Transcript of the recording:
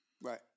Right